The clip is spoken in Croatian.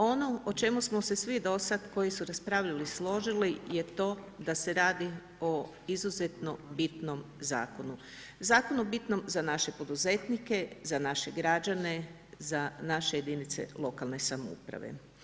Ono o čemu smo se svi do sad koji su raspravljali složili je to da se radi o izuzetno bitnom zakonu, zakonu bitnom za naše poduzetnike, za naše građane, za naše jedinice lokalne samouprave.